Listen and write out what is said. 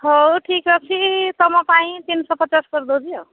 ହଉ ଠିକ୍ ଅଛି ତୁମ ପାଇଁ ତିନି ଶହ ପଚାଶ କରି ଦେଉଛି ଆଉ